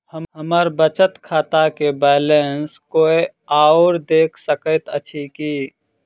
हम्मर बचत खाता केँ बैलेंस कोय आओर देख सकैत अछि की